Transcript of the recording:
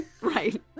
Right